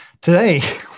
Today